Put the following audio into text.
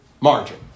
margin